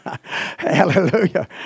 Hallelujah